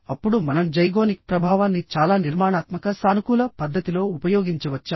అప్పుడు మనం జైగోనిక్ ప్రభావాన్ని చాలా నిర్మాణాత్మక సానుకూల పద్ధతిలో ఉపయోగించవచ్చా